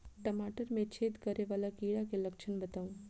टमाटर मे छेद करै वला कीड़ा केँ लक्षण बताउ?